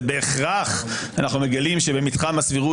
דווקא בהכרח אנחנו מגלים שבמתחם הסבירות